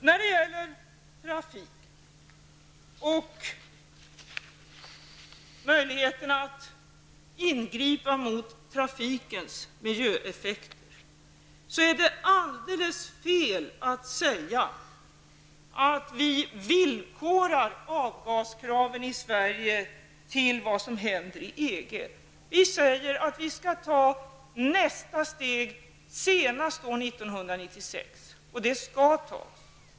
När det gäller trafiken och möjligheterna att ingripa mot trafikens miljöpåverkan är det alldeles fel att säga att vi villkorar avgaskraven i Sverige av vad som händer i EG. Vi säger att vi skall ta nästa steg senast år 1996, och det skall tas.